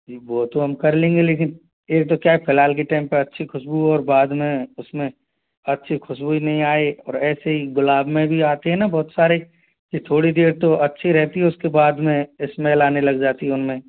जी वो तो हम कर लेंगे लेकिन एक तो क्या है फिलहाल के टाइम पर अच्छी खुशबू और बाद में उसमें अच्छी खुशबू ही नहीं आए और ऐसे ही गुलाब में भी आती है ना बहुत सारे कि थोड़ी देर तो अच्छी रहती है उसके बाद में स्मेल आने लग जाती है उनमें